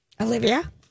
Olivia